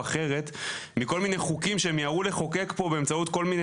אחרת מכל מיני חוקים שמיהרו לחוקק פה באמצעות כל מיני